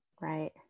Right